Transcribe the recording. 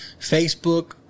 Facebook